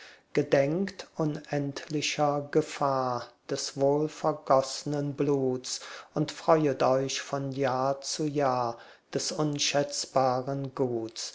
gedenkt unendlicher gefahr des wohlvergoßnen bluts und freuet euch von jahr zu jahr des unschätzbaren guts